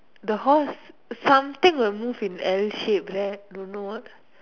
the horse something will move in every shape right don't know what